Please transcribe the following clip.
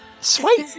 Sweet